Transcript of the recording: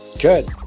Good